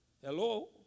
Hello